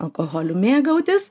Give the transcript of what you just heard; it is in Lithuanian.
alkoholiu mėgautis